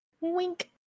Wink